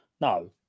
no